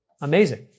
Amazing